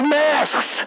masks